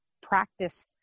practice